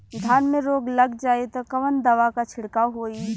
धान में रोग लग जाईत कवन दवा क छिड़काव होई?